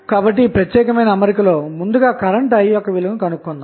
కాబట్టి ఈ ప్రత్యేకమైన అమరికలో ముందుగా కరెంటు I విలువ ను కనుగొందాము